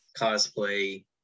cosplay